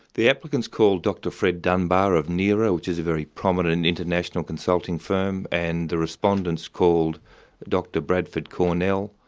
the applicants called dr fred dunbar, of nera, which is a very prominent international consulting firm, and the respondents called dr bradford cornell,